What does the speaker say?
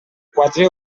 quatre